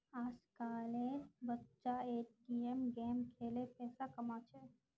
आजकल एर बच्चा ए.टी.एम गेम खेलें पैसा कमा छे